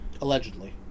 Allegedly